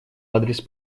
адрес